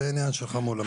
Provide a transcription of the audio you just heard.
זה עניין שלך מול המעסיק.